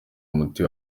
muti